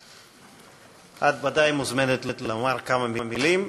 את ודאי מוזמנת לומר כמה מילים.